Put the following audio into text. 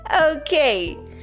Okay